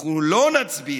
אנחנו לא נצביע,